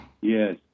Yes